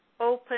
open